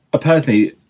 personally